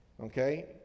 Okay